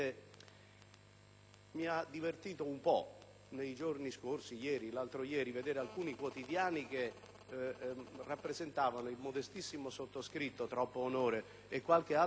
Mi ha divertito un po' nei giorni scorsi vedere alcuni quotidiani che rappresentavano il modestissimo sottoscritto - troppo onore - e qualche altro collega